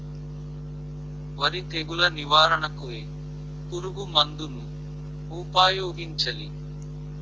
వరి తెగుల నివారణకు ఏ పురుగు మందు ను ఊపాయోగించలి?